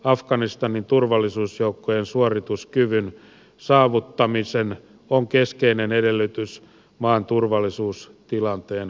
afganistanin turvallisuusjoukkojen suorituskyvyn saavuttaminen on keskeinen edellytys maan turvallisuustilanteen vakiinnuttamiseksi